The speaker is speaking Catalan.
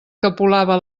capolava